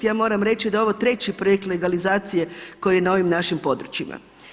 Ja moram reći da je ovo treći projekt legalizacije koji je na ovim našim područjima.